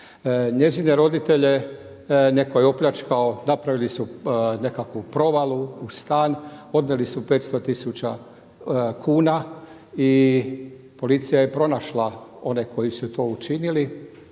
Njezine roditelje netko je opljačkao, napravili su nekakvu provalu u stan, odnijeli su 500 tisuća kuna i policija je pronašla one koji su to učinili